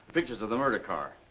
pictures of the murder car.